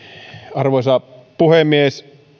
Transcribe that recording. arvoisa puhemies